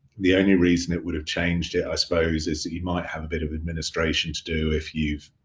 the only reason it would have changed it, i suppose is that you might have a bit of administration to do if you've